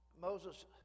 Moses